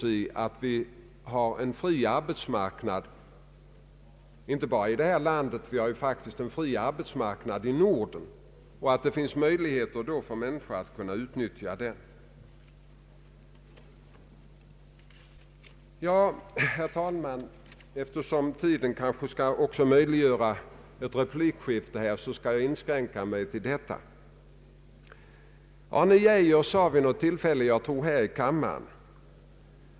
Jo, att ställa om en industri som blivit omodern, att lägga om en produktion från kolgruvor och annat som nu är passerat av den tekniska utvecklingen, och det är vad engelsmännen satsar på. Deras problem är inte desamma som våra. Vad var det som föranledde de åtgärder som vidtagits i Italien?